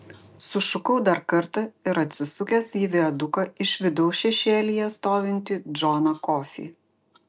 sušukau dar kartą ir atsisukęs į viaduką išvydau šešėlyje stovintį džoną kofį